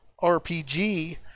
RPG